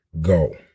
go